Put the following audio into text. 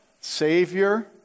Savior